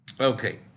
Okay